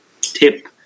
tip